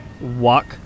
walk